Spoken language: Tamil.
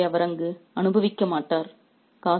இந்த ஆடம்பரங்களை அவர் அங்கு அனுபவிக்க மாட்டார்